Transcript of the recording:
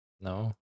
no